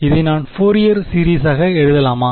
இதை நான் ஃபோரியர் சீரியஸாக எழுதலாமா